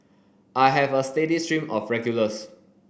I have a steady stream of regulars